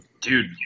dude